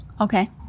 Okay